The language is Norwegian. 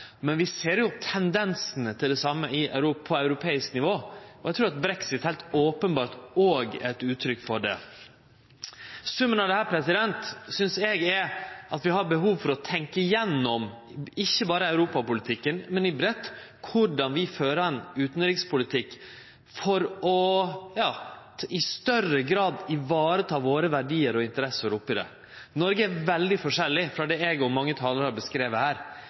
men vi ser tendensane til det same på europeisk nivå. Eg trur at brexit heilt openbert òg er eit uttrykk for det. Eg synest summen av dette er at vi har behov for å tenkje igjennom ikkje berre Europa-politikken, men i breitt korleis vi fører ein utanrikspolitikk for i større grad å vareta våre verdiar og interesser. Noreg er veldig forskjellig frå det eg og mange talarar har beskrive her,